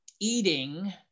eating